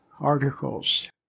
articles